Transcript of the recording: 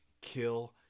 kill